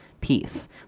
piece